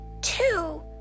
two